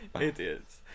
idiots